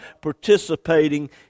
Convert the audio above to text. participating